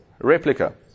replica